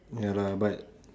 ya lah but